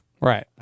right